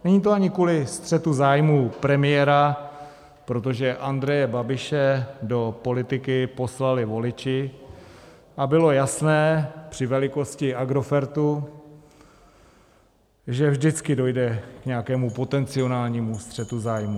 Není to ani kvůli střetu zájmů premiéra, protože Andreje Babiše do politiky poslali voliči a bylo jasné při velikosti Agrofertu, že vždycky dojde k nějakému potenciálnímu střetu zájmů.